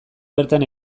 bertan